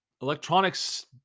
Electronics